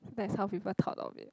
that's how people thought of it